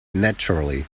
naturally